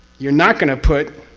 you're not going to put